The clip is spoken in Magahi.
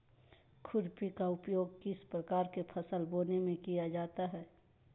खुरपी का उपयोग किस प्रकार के फसल बोने में किया जाता है?